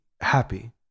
happy